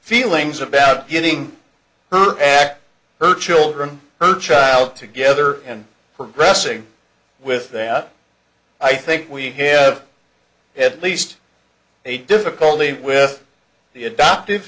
feelings about getting her back her children her child together and progressing with that i think we have had least a difficultly with the adoptive